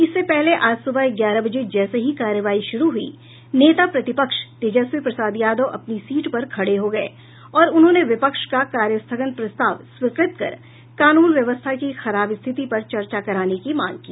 इससे पहले आज सुबह ग्यारह बजे जैसे ही कार्यवाही शुरू हुई नेता प्रतिपक्ष तेजस्वी प्रसाद यादव अपनी सीट पर खड़े हो गये और उन्होंने विपक्ष का कार्यस्थगन प्रस्ताव स्वीकृत कर कानून व्यवस्था की खराब स्थिति पर चर्चा कराने की मांग की